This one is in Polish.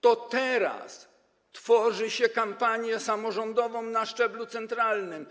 Teraz tworzy się kampanię samorządową na szczeblu centralnym.